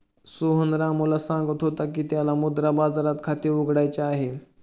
सोहन रामूला सांगत होता की त्याला मुद्रा बाजारात खाते उघडायचे आहे